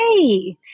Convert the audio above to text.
hey